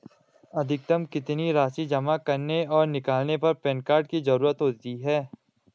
अधिकतम कितनी राशि जमा करने और निकालने पर पैन कार्ड की ज़रूरत होती है?